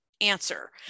answer